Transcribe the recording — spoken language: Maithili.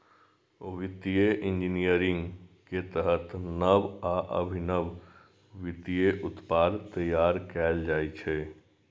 वित्तीय इंजीनियरिंग के तहत नव आ अभिनव वित्तीय उत्पाद तैयार कैल जाइ छै